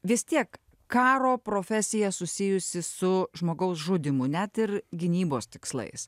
vis tiek karo profesija susijusi su žmogaus žudymu net ir gynybos tikslais